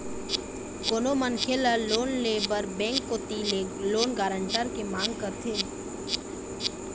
कोनो मनखे ल लोन ले बर बेंक कोती ले लोन गारंटर के मांग करथे